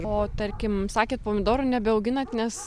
o tarkim sakėt pomidorų nebeauginat nes